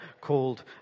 called